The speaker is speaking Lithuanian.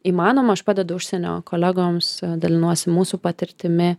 įmanoma aš padedu užsienio kolegoms dalinuosi mūsų patirtimi